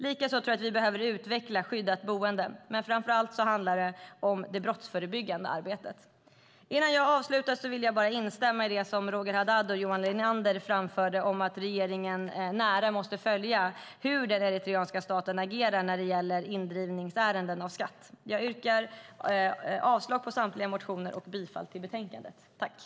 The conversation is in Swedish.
Likaså behöver vi utveckla skyddat boende, men framför allt handlar det om det brottsförebyggande arbetet. Avslutningsvis instämmer jag i det som Roger Haddad och Johan Linander framförde om att regeringen noga måste följa hur den eritreanska staten agerar när det gäller skatteindrivningsärenden. Jag yrkar avslag på samtliga motioner och bifall till förslaget i betänkandet.